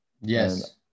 yes